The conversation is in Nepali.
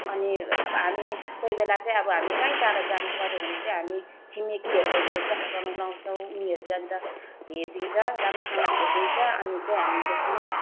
अनि हामी कोही बेला चाहिँ अब हामी कहीँ टाढा जानुपऱ्यो भने चाहिँ हामी छिमेकीहरूलाई हेरचाह गर्न लगाउँछौँ उनीहरूले अन्त हेरिदिन्छ राम्रोसँगले हेरिदिन्छ अनि चाहिँ हामी त्यति नै